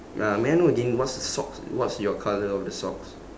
uh may I know again what's the socks what's your colour of the socks